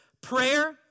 Prayer